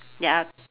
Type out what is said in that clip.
ya